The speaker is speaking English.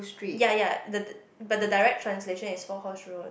ya ya the the but the direct translation is four horse road